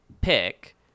pick